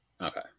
okay